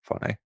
funny